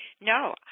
No